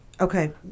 Okay